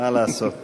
מה לעשות.